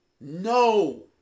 No